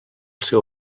seu